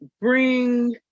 bring